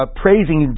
praising